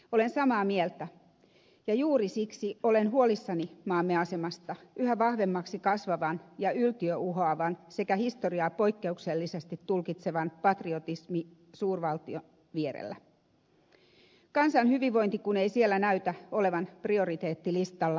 olen samaa mieltä ja juuri siksi olen huolissani maamme asemasta yhä vahvemmaksi kasvavan ja yltiöuhoavan sekä historiaa poikkeuksellisesti tulkitsevan patrioottisen suurvaltion vierellä kansan hyvinvointi kun ei siellä näytä olevan prioriteettilistalla ensimmäisten joukossa